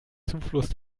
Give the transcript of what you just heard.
zufluss